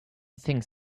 thinks